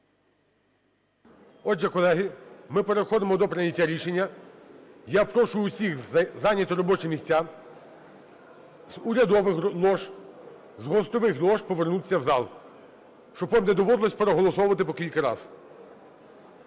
Отже, колеги, ми переходимо до прийняття рішення. Я прошу всіх зайняти робочі місця, з урядових лож, з гостьових лож повернутися в зал, щоб вам не доводилось переголосовувати по кілька раз.